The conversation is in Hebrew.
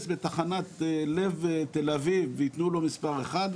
בתחנת לב תל אביב ויתנו לו מספר אחד,